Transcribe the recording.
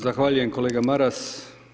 Zahvaljujem kolega Maras.